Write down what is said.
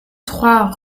trois